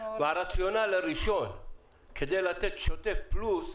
ברציונל הראשון כדי לתת שוטף פלוס,